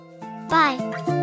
Bye